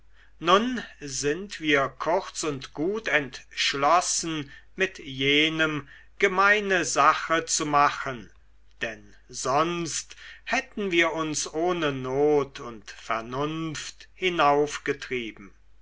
nun sind wir kurz und gut entschlossen mit jenem gemeine sache zu machen denn sonst hätten wir uns ohne not und vernunft